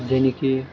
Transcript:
जायनाखि